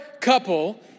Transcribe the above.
couple